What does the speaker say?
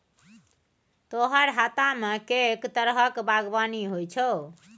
तोहर हातामे कैक तरहक बागवानी होए छौ